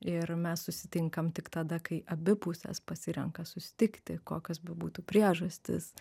ir mes susitinkam tik tada kai abi pusės pasirenka susitikti kokios bebūtų priežastys